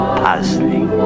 puzzling